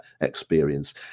experience